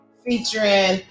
featuring